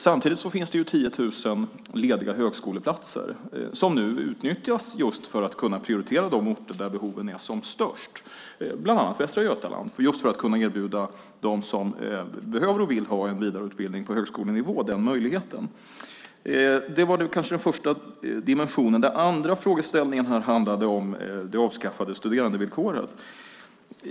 Samtidigt finns det 10 000 lediga högskoleplatser som nu utnyttjas just för att man ska kunna prioritera de orter där behoven är som störst, bland annat Västra Götaland, just för att kunna erbjuda dem som behöver och vill ha en vidareutbildning på högskolenivå den möjligheten. Det var kanske den första dimensionen. Den andra frågeställningen handlade om det avskaffade studerandevillkoret.